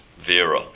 Vera